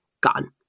gone